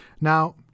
Now